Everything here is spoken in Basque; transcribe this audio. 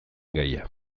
gaia